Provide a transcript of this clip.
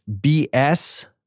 BS